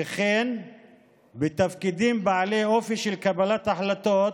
וכן בתפקידים בעלי אופי של קבלת החלטות,